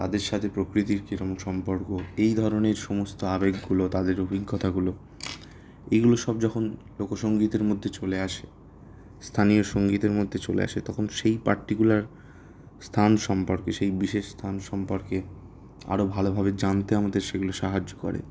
তাদের সাথে প্রকৃতির কীরম সম্পর্ক এই ধরনের সমস্ত আবেগগুলো তাদের অভিজ্ঞতাগুলো এগুলো সব যখন লোকসংগীতের মধ্যে চলে আসে স্থানীয় সংগীতের মধ্যে চলে আসে তখন সেই পার্টিকুলার স্থান সম্পর্কে সেই বিশেষ স্থান সম্পর্কে আরও ভালোভাবে জানতে আমাদের সেগুলো সাহায্য করে